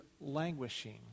languishing